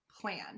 plan